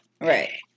right